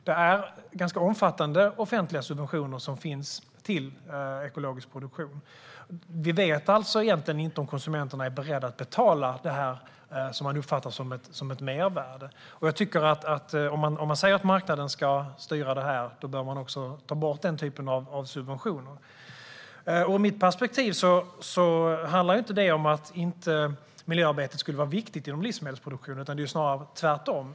Det finns ganska omfattande offentliga subventioner för ekologisk produktion. Vi vet alltså egentligen inte om konsumenterna är beredda att betala det som de uppfattar som ett mervärde. Jag tycker att om man säger att marknaden ska styra det här, då bör man också ta bort den typen av subventioner. Mitt perspektiv handlar inte om att miljöarbetet inte skulle vara viktigt inom livsmedelsproduktionen. Det är snarare tvärtom.